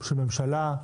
של ממשלה,